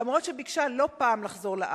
למרות שביקשה לא פעם לחזור לארץ.